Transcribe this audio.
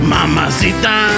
Mamacita